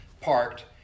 parked